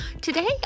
Today